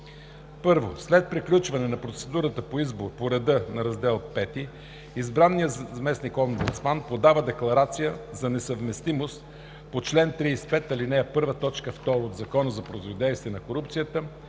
1. След приключване на процедурата по избор по реда на раздел V, избраният заместник-омбудсман подава декларация за несъвместимост по чл. 35, ал. 1, т. 1 от Закона за противодействие на корупцията